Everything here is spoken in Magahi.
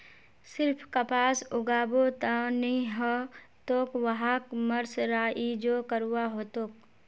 सिर्फ कपास उगाबो त नी ह तोक वहात मर्सराइजो करवा ह तोक